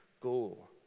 goal